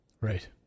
Right